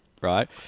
right